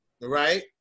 right